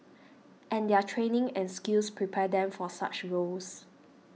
and their training and skills prepare them for such roles